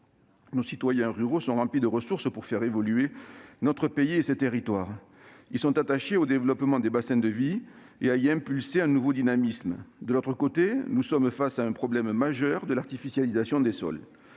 Les citoyens qui y habitent ont les ressources pour faire évoluer notre pays et ses territoires. Ils sont attachés au développement des bassins de vie et souhaitent y impulser un nouveau dynamisme. Néanmoins, nous faisons face au problème majeur de l'artificialisation des sols.